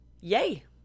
Yay